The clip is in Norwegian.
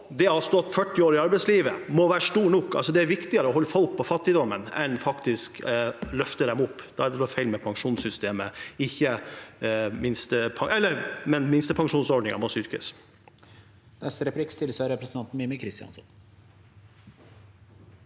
det å ha stått 40 år i arbeidslivet må være stor nok. Det er viktigere å holde folk i fattigdom enn å løfte dem opp. Da er det noe feil med pensjonssystemet, og minstepensjonsordningen må styrkes.